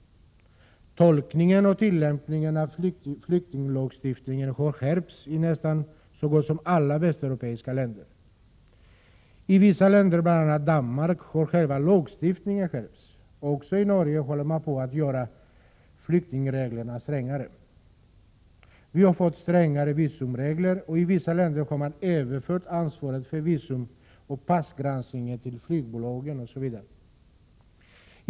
Tolkningen och tillämpningen av flyktinglagstiftningen har skärpts i så gott som alla västeuropeiska länder. I vissa länder — bl.a. Danmark — har själva lagstiftningen skärpts. Också i Norge håller man på att göra flyktingreglerna strängare. Vi har fått strängare visumregler, och i vissa länder har man överfört ansvaret för visumoch passgranskningen till flygbolagen osv.